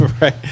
Right